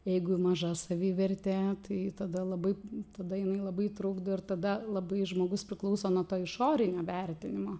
jeigu maža savivertė tai tada labai tada jinai labai trukdo ir tada labai žmogus priklauso nuo to išorinio vertinimo